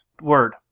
Word